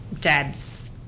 dad's